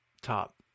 top